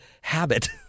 habit